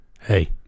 Hey